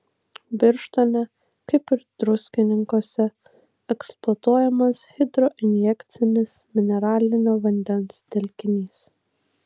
birštone kaip ir druskininkuose eksploatuojamas hidroinjekcinis mineralinio vandens telkinys